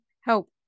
help